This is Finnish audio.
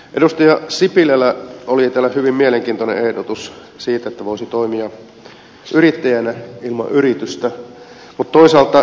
edustaja sipilällä oli täällä hyvin mielenkiintoinen ehdotus siitä että voisi toimia yrittäjänä ilman yritystä